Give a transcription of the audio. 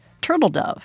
Turtledove